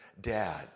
Dad